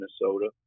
Minnesota